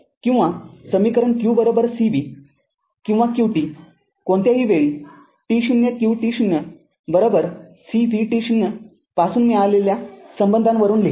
किंवा समीकरण q c v किंवा qt कोणत्याही वेळी t0 qt0 c vt0 पासून मिळालेल्या संबंधावरून लिहा